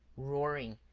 roaring,